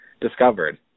discovered